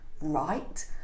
right